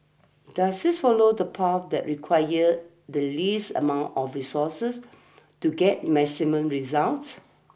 does this follow the path that requires the least amount of resources to get maximum results